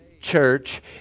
church